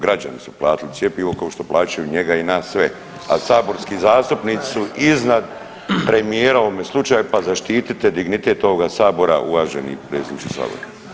Građani su platili cjepivo kao što plaćaju njega i nas sve, a saborski zastupnici su iznad premijera u ovome slučaju pa zaštitite dignitet ovoga sabora uvaženi predsjedniče sabora.